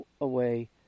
away